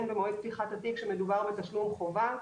במועד פתיחת התיק שמדובר בתשלום חובה.